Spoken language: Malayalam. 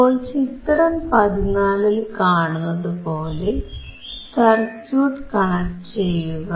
അപ്പോൾ ചിത്രം 14ൽ കാണുന്നതുപോലെ സർക്യൂട്ട് കണക്ട് ചെയ്യുക